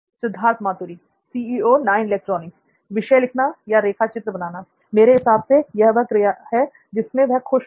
सिद्धार्थ मातुरी विषय लिखना या रेखाचित्र बनाना मेरे हिसाब से यह वह क्रिया है जिसमें वह खुश होगा